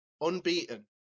unbeaten